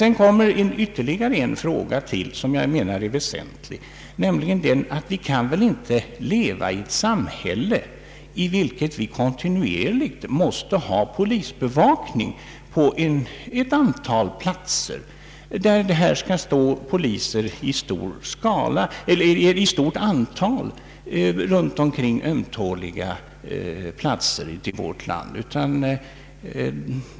Sedan kommer ytterligare en fråga, som jag anser väsentlig: Vi kan väl inte leva i ett samhälle, i vilket vi kontinuerligt måste ha polisbevakning på ett antal platser? Vi kan väl inte ha poliser i stort antal permanent runt omkring ömtåliga platser i vårt land.